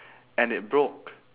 and it broke